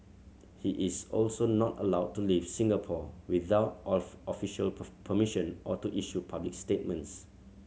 he is also not allowed to leave Singapore without off official permission or to issue public statements